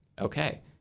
Okay